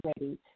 ready